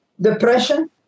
Depression